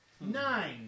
Nine